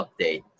update